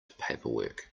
paperwork